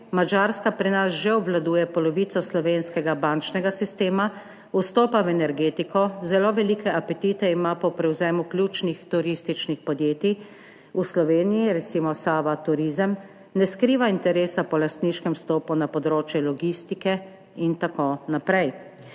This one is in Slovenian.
Madžarska pri nas že obvladuje polovico slovenskega bančnega sistema, vstopa v energetiko, zelo velike apetite ima po prevzemu ključnih turističnih podjetij v Sloveniji, recimo Sava Turizem, ne skriva interesa po lastniškem vstopu na področje logistike in tako naprej.